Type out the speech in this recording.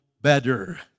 better